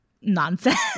nonsense